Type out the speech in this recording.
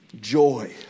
joy